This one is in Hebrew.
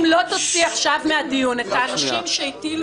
אם לא תוציא עכשיו מהדיון את האנשים שהטילו